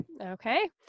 Okay